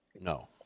No